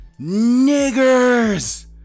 NIGGERS